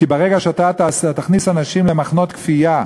כי ברגע שאתה תכניס אנשים למחנות כפייה,